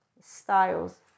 styles